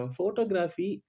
Photography